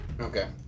Okay